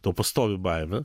tau pastovi baimė